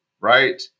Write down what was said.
Right